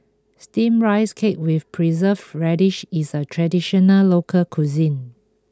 Steamed Rice Cake with Preserved Radish is a traditional local cuisine